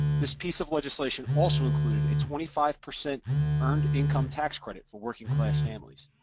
this piece of legislation also included a twenty five percent earned income tax credit for working class families.